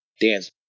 dance